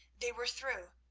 they were through,